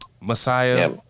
Messiah